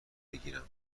بگیرم